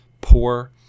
poor